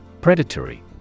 Predatory